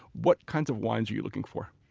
what kinds of wines are you looking for?